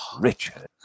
Richard